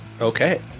Okay